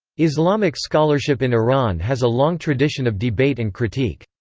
islamic scholarship in iran has a long tradition of debate and critique.